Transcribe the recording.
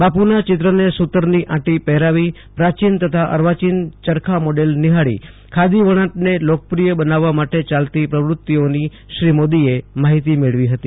બાપુના ચિત્રને સુતરની આંટી પહેરાવી પ્રાચીન તથા અર્વાચીન ચરખા મોડેલ નિહાળી ખાદી વણાટને લોકપ્રિય બનાવવા માટે ચાલતી પ્રવ્રતિઓની શ્રી મોદીએ માહિતી મેળવી હત